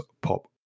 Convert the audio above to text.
pop